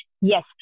yes